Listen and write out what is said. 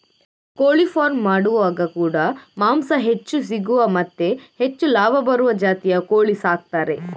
ಕೋಳಿ ಫಾರ್ಮ್ ಮಾಡುವಾಗ ಕೂಡಾ ಮಾಂಸ ಹೆಚ್ಚು ಸಿಗುವ ಮತ್ತೆ ಹೆಚ್ಚು ಲಾಭ ಬರುವ ಜಾತಿಯ ಕೋಳಿ ಸಾಕ್ತಾರೆ